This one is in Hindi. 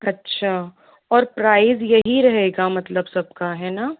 अच्छा और प्राइज़ यही रहेगा मतलब सबका है ना